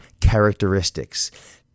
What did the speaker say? characteristics